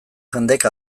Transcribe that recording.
jendek